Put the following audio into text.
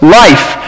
life